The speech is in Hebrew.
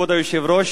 כבוד היושב-ראש,